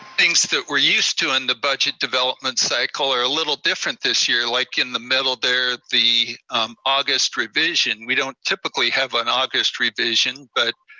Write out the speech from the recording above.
things that we're used to in the budget development cycle are a little different this year. like in the medal there, the august revision. we don't typically have an august revision, but